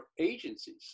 agencies